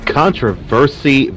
controversy